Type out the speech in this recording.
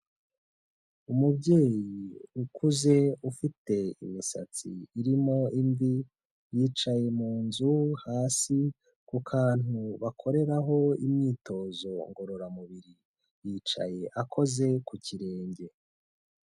Umubyeyi ukuze ufite imisatsi irimo imvi, yicaye mu nzu hasi ku kantu bakoreraho imyitozo ngororamubiri, yicaye akoze ku kirenge.